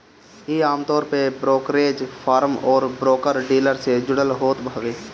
इ आमतौर पे ब्रोकरेज फर्म अउरी ब्रोकर डीलर से जुड़ल होत हवे